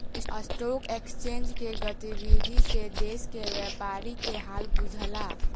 stock exchange के गतिविधि से देश के व्यापारी के हाल बुझला